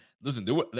Listen